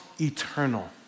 eternal